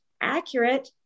accurate